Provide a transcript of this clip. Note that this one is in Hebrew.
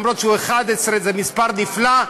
אף ש-11 זה מספר נפלא.